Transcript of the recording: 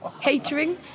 catering